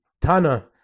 Tana